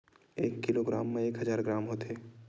एक किलोग्राम मा एक हजार ग्राम होथे